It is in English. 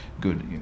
Good